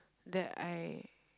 that I